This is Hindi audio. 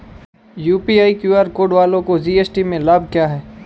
यू.पी.आई क्यू.आर कोड वालों को जी.एस.टी में लाभ क्या है?